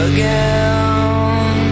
Again